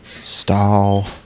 stall